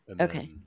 Okay